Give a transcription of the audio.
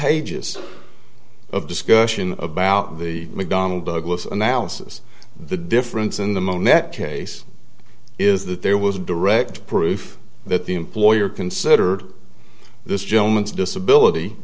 pages of discussion about the mcdonnell douglas analysis the difference in the monad case is that there was a direct proof that the employer considered this gentleman to disability